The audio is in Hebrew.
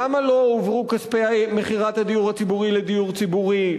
למה לא הועברו כספי מכירת הדיור הציבורי לדיור ציבורי,